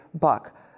Buck